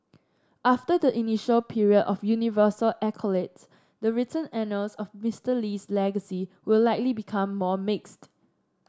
after the initial period of universal accolades the written annals of Mister Lee's legacy will likely become more mixed